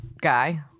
guy